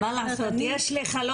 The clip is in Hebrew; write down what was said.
יש לי חלום,